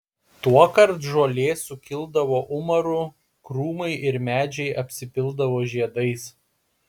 tuokart žolė sukildavo umaru krūmai ir medžiai apsipildavo žiedais